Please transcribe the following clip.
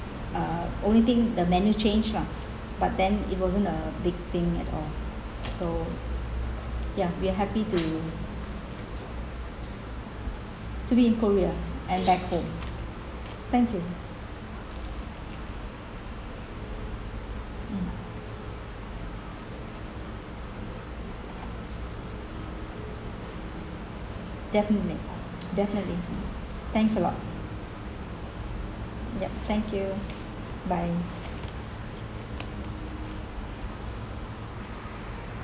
uh only thing the menu change lah but then it wasn't a big thing at all so ya we were happy to to be in korea and back home thank you hmm definitely definitely thanks a lot ya thank you bye